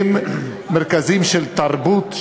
הם מרכזים של תרבות,